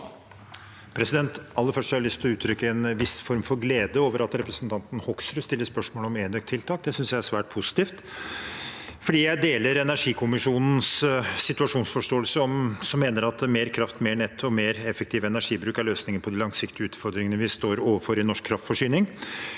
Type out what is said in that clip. jeg lyst til å uttrykke en viss form for glede over at representanten Hoksrud stiller spørsmål om enøktiltak. Det synes jeg er svært positivt fordi jeg deler energikommisjonens situasjonsforståelse om at mer kraft, mer nett og mer effektiv energibruk er løsningen på de langsiktige utfordringene vi står overfor i norsk kraft